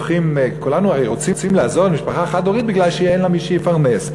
כולנו הרי רוצים לעזור למשפחה חד-הורית בגלל שאין לה מי שיפרנס.